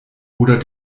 oder